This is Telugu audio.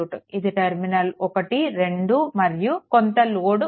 ఇది టర్మినల్ 1 2 మరియు కొంత లోడ్ ఉంది